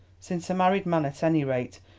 since a married man, at any rate,